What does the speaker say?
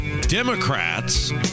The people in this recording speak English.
Democrats